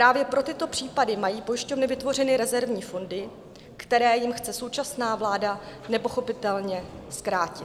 Právě pro tyto případy mají pojišťovny vytvořeny rezervní fondy, které jim chce současná vláda nepochopitelně zkrátit.